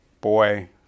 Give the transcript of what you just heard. boy